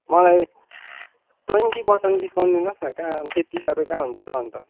मलाई twenty percent discount दिनुहोस् न कहाँ हौ त्यति साह्रो त कहाँ हुन्छ त हौ अन्त